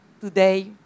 today